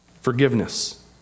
forgiveness